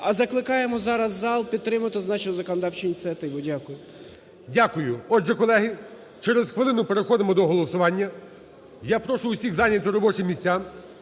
Закликаємо зараз зал підтримати зазначену законодавчу ініціативу. Дякую. ГОЛОВУЮЧИЙ. Дякую. Отже, колеги, через хвилину переходимо до голосування. Я прошу усіх зайняти робочі місця,